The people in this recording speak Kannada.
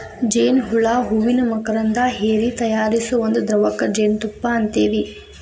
ಜೇನ ಹುಳಾ ಹೂವಿನ ಮಕರಂದಾ ಹೇರಿ ತಯಾರಿಸು ಒಂದ ದ್ರವಕ್ಕ ಜೇನುತುಪ್ಪಾ ಅಂತೆವಿ